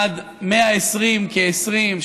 עד 120 כ-20,